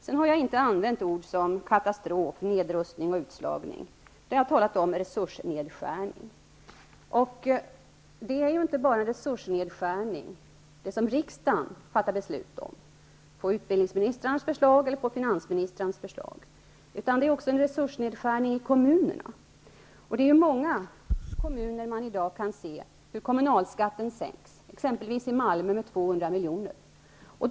Jag har inte använt ord som katastrof, nedrustning och utslagning utan talat om resursnedskärning. Det är ju inte bara det som riksdagen fattar beslut om på förslag av utrikes eller finansministrarna som innebär en resursnedskärning. Också i kommunerna sker en resursnedskärning. I många kommuner kan man i dag se hur kommunalskatten sänks, exempelvis i Malmö med 200 milj.kr.